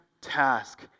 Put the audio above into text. task